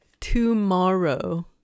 tomorrow